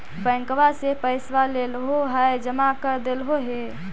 बैंकवा से पैसवा लेलहो है जमा कर देलहो हे?